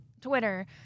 Twitter